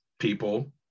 people